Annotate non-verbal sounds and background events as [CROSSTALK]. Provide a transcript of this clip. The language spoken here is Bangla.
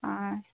[UNINTELLIGIBLE]